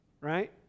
Right